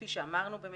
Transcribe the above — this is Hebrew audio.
כפי שאמרנו,